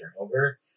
turnover